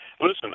Listen